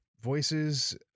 voices